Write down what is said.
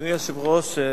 אדוני היושב-ראש,